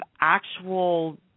actual